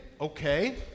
okay